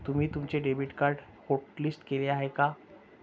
तुम्ही तुमचे debit card hotlist केले आहे का?